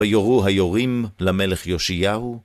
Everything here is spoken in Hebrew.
ויורו היורים למלך יאשיהו.